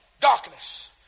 Darkness